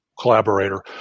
collaborator